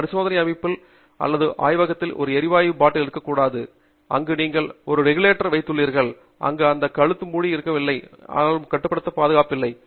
உங்கள் பரிசோதனை அமைப்பில் அல்லது உங்கள் ஆய்வகத்தில் ஒரு எரிவாயு பாட்டில் இருக்கக்கூடாது அங்கு நீங்கள் ஒரு ரெகுலேட்டரை வைத்துள்ளீர்கள் அங்கு இந்த கழுத்து மூடியிருக்கவில்லை நீங்கள் இன்னும் கட்டுப்படுத்த பாதுகாக்கப்படவில்லை